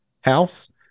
House